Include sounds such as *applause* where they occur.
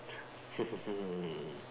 *laughs*